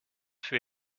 für